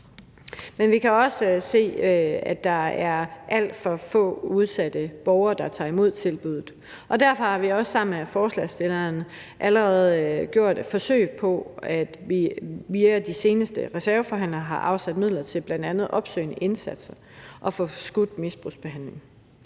Men vi kan også se, at der er alt for få udsatte borgere, der tager imod tilbuddet, og derfor har vi også sammen med forslagsstillerne allerede via de seneste reserveforhandlinger afsat midler til bl.a. opsøgende indsatser og forskudt misbrugsbehandling.